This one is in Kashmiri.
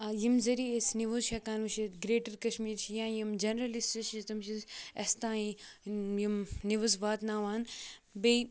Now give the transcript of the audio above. آ ییٚمہِ ذٔریعہِ أسۍ نِوٕز چھِ ہیٚکان وٕچھِتھ گرٛیٹَر کَشمیٖر چھِ یا یِم جَنرلِسٹہٕ چھِ تِم چھِ اَسہِ تانۍ یِم نِوٕز واتناوان بیٚیہِ